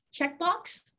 checkbox